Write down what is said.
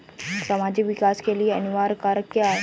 सामाजिक विकास के लिए अनिवार्य कारक क्या है?